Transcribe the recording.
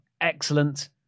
excellent